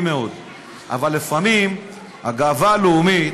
חושב, בבסיס חוק הלאום,